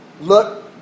look